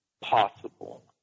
possible